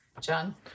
John